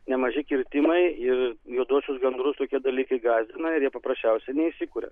nemaži kirtimai ir juoduosius gandrus tokie dalykai gąsdina ir jie paprasčiausiai neįsikuria